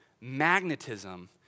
magnetism